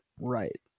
Right